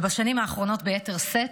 ובשנים האחרונות ביתר שאת,